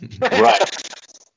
Right